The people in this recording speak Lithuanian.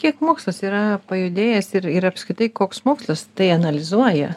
kiek mokslas yra pajudėjęs ir ir apskritai koks mokslas tai analizuoja